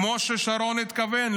כמו ששרון התכוון,